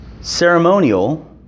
ceremonial